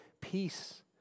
Peace